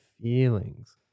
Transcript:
feelings